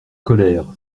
colère